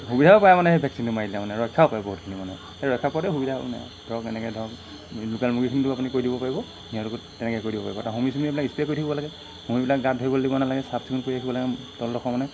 সুবিধাও পায় মানে সেই ভেকচিনটো মাৰিলে মানে ৰক্ষাও পাৰে বহুতখিনি মানে সেই ৰক্ষা পোৱাতোৱে সুবিধা মানে ধৰক এনেকৈ ধৰক লোকেল মুৰ্গীখিনিটো আপুনি কৰি দিব পাৰিব সিহঁতকো তেনেকৈ কৰি দিব পাৰিব তাত হুমি চুমি সেইবিলাক স্প্ৰে কৰি থাকিব লাগে হুমিবিলাক গাত ধৰিব দিব নালাগে চাফ চিকুণ কৰি ৰাকিব লাগে তলডোখৰ মানে